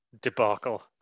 debacle